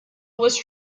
was